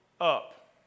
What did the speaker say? up